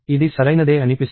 ఇది సరైనదే అనిపిస్తుంది